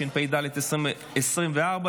התשפ"ד 2024,